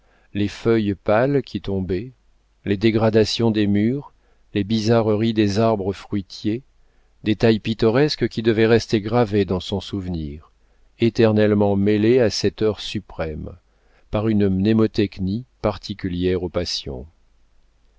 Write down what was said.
les feuilles pâles qui tombaient les dégradations des murs les bizarreries des arbres fruitiers détails pittoresques qui devaient rester gravés dans son souvenir éternellement mêlés à cette heure suprême par une mnémotechnie particulière aux passions